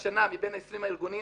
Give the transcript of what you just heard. השנה, מבין 20 הארגונים